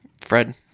Fred